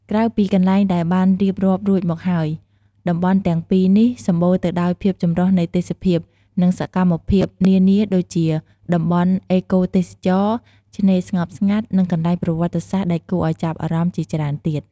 ក្រៅពីកន្លែងដែលបានរៀបរាប់រួចមកហើយ តំបន់ទាំងពីរនេះសម្បូរទៅដោយភាពចម្រុះនៃទេសភាព និងសកម្មភាពនានាដូចជា តំបន់អេកូទេសចរណ៍ ឆ្នេរស្ងប់ស្ងាត់ និងកន្លែងប្រវត្តិសាស្ត្រដែលគួរឲ្យចាប់អារម្មណ៍ជាច្រើនទៀត។